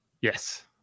Yes